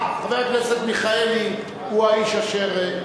חבר הכנסת מיכאלי הוא האיש אשר,